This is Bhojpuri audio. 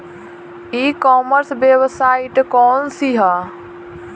ई कॉमर्स वेबसाइट कौन सी है?